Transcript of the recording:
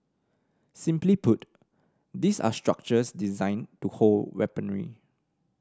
simply put these are structures designed to hold weaponry